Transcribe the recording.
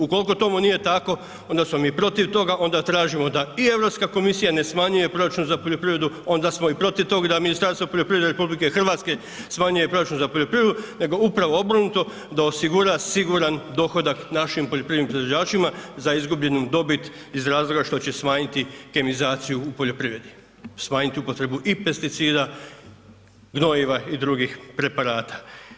Ukolko tomu nije tako onda smo mi protiv toga, onda tražimo da i Europska komisija ne smanjuje proračun za poljoprivredu, onda smo i protiv tog da Ministarstvo poljoprivrede RH smanjuje proračun za poljoprivredu nego upravo obrnuto da osigura siguran dohodak našim poljoprivrednim proizvođačima za izgubljenu dobit iz razloga što će smanjiti kemizaciju u poljoprivredi, smanjiti upotrebu i pesticida, gnojiva i drugih preparata.